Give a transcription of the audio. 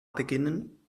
beginnen